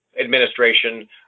administration